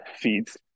feeds